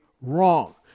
wrong